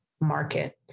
market